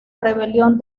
rebelión